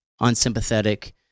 unsympathetic